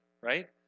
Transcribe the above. right